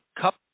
cup